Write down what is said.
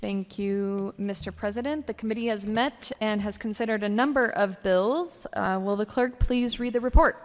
thank you mister president the committee has met and has considered a number of bills will the clerk please read the report